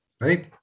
right